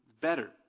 better